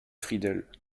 friedel